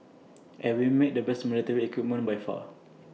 and we make the best military equipment by far